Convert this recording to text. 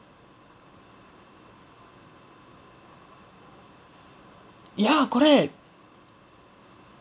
ya correct